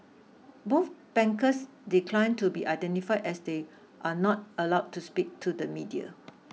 both bankers declined to be identified as they are not allowed to speak to the media